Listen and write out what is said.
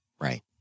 Right